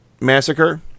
massacre